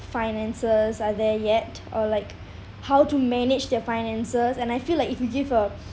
finances are there yet or like how to manage their finances and I feel like if you give a